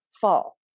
fall